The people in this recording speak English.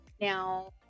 Now